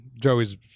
Joey's